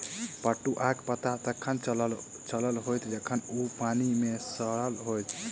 पटुआक पता तखन चलल होयत जखन ओ पानि मे सड़ल होयत